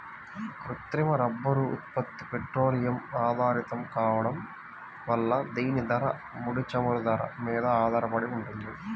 కృత్రిమ రబ్బరు ఉత్పత్తి పెట్రోలియం ఆధారితం కావడం వల్ల దీని ధర, ముడి చమురు ధర మీద ఆధారపడి ఉంటుంది